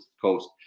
coast